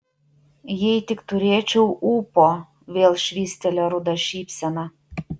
jei tik turėčiau ūpo vėl švystelėjo ruda šypsena